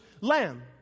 lamb